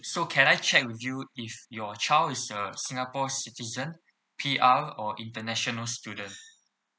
so can I check with you if your child is a singapore citizen P_R or international student